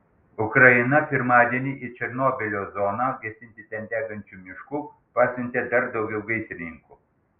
ukraina pirmadienį į černobylio zoną gesinti ten degančių miškų pasiuntė dar daugiau gaisrininkų